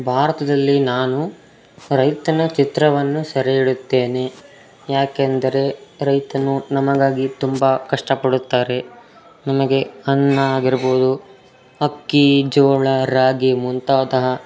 ಭಾರತದಲ್ಲಿ ನಾನು ರೈತನ ಚಿತ್ರವನ್ನು ಸೆರೆ ಹಿಡ್ಯುತ್ತೇನೆ ಯಾಕೆಂದರೆ ರೈತನು ನಮಗಾಗಿ ತುಂಬ ಕಷ್ಟ ಪಡುತ್ತಾರೆ ನಮಗೆ ಅನ್ನ ಆಗಿರ್ಬೋದು ಅಕ್ಕಿ ಜೋಳ ರಾಗಿ ಮುಂತಾದ